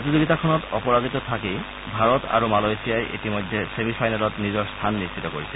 প্ৰতিযোগিতাখনত অপৰাজিত থাকি ভাৰত আৰু মালয়েছিয়াই ইতিমধ্যে ছেমি ফাইনেলত নিজৰ স্থান নিশ্চিত কৰিছে